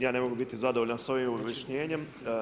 Ja ne mogu biti zadovoljan s ovim objašnjenjem.